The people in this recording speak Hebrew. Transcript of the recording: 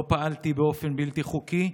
לא פעלתי באופן בלתי חוקי,